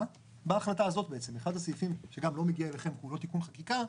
אחד הסעיפים שגם לא מגיע אליכם כי הוא לא תיקון חקיקה,